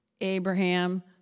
Abraham